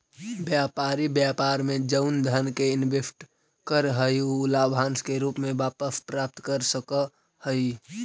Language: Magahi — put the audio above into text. व्यापारी व्यापार में जउन धन के इनवेस्ट करऽ हई उ लाभांश के रूप में वापस प्राप्त कर सकऽ हई